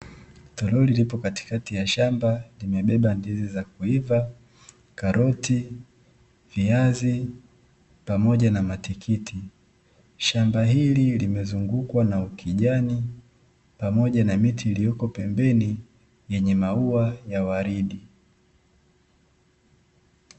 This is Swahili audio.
Toroli lipo katikati ya shamba, limebeba ndizi za kuiva, karoti, viazi pamoja na matikiti. Shamba hili limezungukwa na ukijani pamoja na miti iliyoko pembeni yenye maua ya waridi.